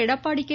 Edappadi K